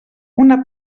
una